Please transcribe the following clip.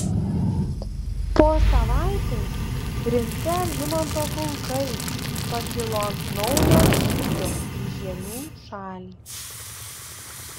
po savaitei rimti algimanto pulkai pakilo ant naujo žygio į žiemių šalį